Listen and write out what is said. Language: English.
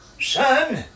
Son